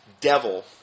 devil